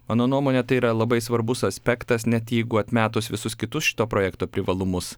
mano nuomone tai yra labai svarbus aspektas net jeigu atmetus visus kitus šito projekto privalumus